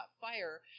fire